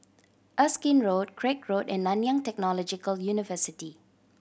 Erskine Road Craig Road and Nanyang Technological University